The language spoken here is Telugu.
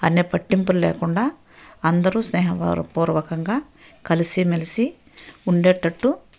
అనే పట్టింపులు లేకుండా అందరూ స్నేహపూర్వ పూర్వకంగా కలిసీ మెలిసీ ఉండేటట్టు